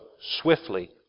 swiftly